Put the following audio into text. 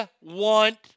want